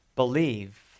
believe